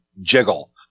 jiggle